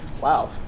Wow